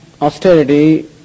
austerity